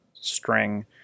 string